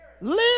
Live